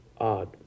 Odd